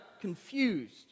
confused